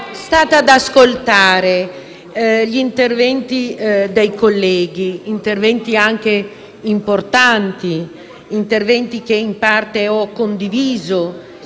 stata ad ascoltare gli interventi dei colleghi: interventi anche importanti, che in parte ho condiviso